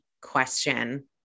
question